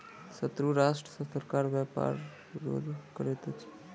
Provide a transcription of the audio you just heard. शत्रु राष्ट्र सॅ सरकार व्यापार रोध रखैत अछि